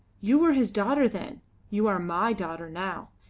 you were his daughter then you are my daughter now.